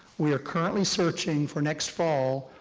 we are currently searching for next fall,